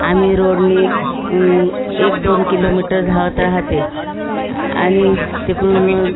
आम्ही रोडने एकदोन किलोमिटर धावत राहते आ आणि तिकडूनहून